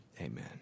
Amen